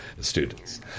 students